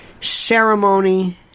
ceremony